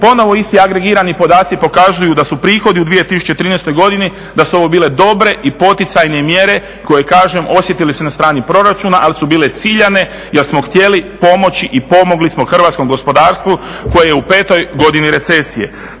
Ponovo isti agregirani podaci pokazuju da su prihodi u 2013. godini da su ovo bile dobre i poticajne mjere koje kažem osjetili se na strani proračuna ali su bile ciljane i da smo htjeli pomoći i pomogli smo hrvatskom gospodarstvu koje je u petoj godini recesije